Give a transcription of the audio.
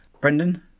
Brendan